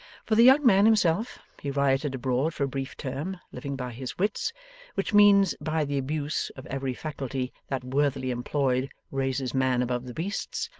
for the young man himself, he rioted abroad for a brief term, living by his wits which means by the abuse of every faculty that worthily employed raises man above the beasts,